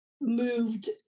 moved